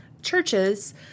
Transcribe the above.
Churches